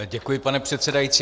Děkuji, pane předsedající.